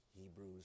Hebrews